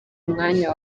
mwanya